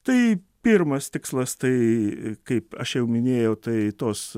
tai pirmas tikslas tai kaip aš jau minėjau tai tos